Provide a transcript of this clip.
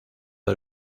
del